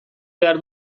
behar